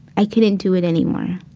i couldn't do it anymore